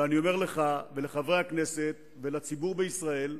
ואני אומר לך ולחברי הכנסת ולציבור בישראל: